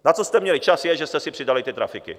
Na co jste měli čas, je, že jste si přidali ty trafiky!